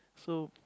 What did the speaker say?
so